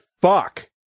fuck